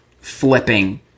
flipping